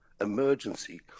emergency